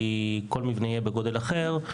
כי כל מבנה יהיה בגודל אחר,